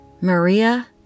Maria